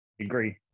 agree